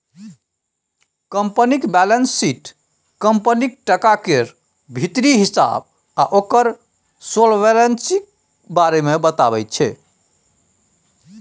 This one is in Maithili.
कंपनीक बैलेंस शीट कंपनीक टका केर भीतरी हिसाब आ ओकर सोलवेंसी बारे मे बताबैत छै